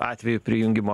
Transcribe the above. atveju prijungimo